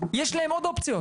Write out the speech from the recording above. יש להם עוד אופציות.